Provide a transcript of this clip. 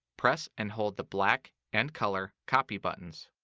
press and hold the black and color copy buttons.